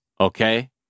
Okay